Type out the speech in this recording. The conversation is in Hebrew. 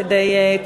כדי,